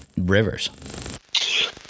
rivers